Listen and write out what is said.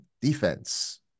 defense